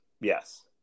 Yes